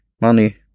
money